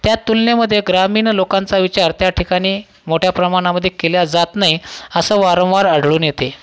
त्या तुलनेमध्ये ग्रामीण लोकांचा विचार त्या ठिकाणी मोठ्या प्रमाणामध्ये केला जात नाही असं वारंवार आढळून येते